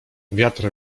wiatr